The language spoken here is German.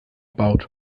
baut